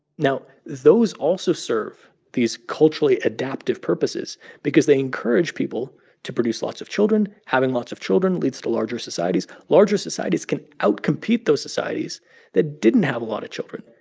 now, those also serve these culturally adaptive purposes because they encourage people to produce lots of children. having lots of children leads to larger societies. larger societies can outcompete those societies that didn't have a lot of children.